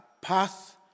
path